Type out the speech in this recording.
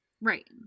Right